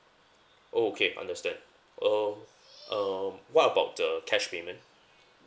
oh okay understand um um what about the cash payment